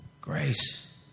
Grace